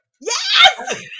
Yes